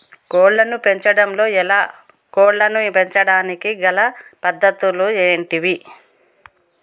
కోళ్లను పెంచడం ఎలా, కోళ్లను పెంచడానికి గల పద్ధతులు ఏంటివి?